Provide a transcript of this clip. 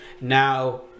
now